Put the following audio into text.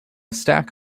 stack